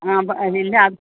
ആ അതില്ല അത്